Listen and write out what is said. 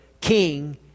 King